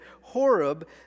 Horeb